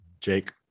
Jake